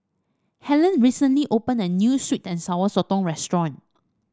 Hellen recently opened a new sweet and Sour Sotong restaurant